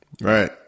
Right